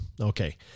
Okay